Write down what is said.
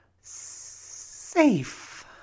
safe